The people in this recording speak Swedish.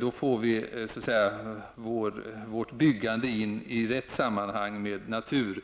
Då kommer vårt byggande in i rätt sammanhang, dvs. tillsammans med